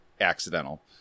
accidental